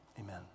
Amen